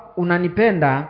unanipenda